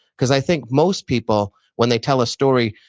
because i think most people when they tell a story,